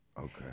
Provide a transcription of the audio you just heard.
Okay